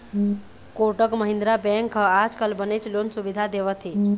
Kotak Mahindra bank ह आजकाल बनेच लोन सुबिधा देवत हे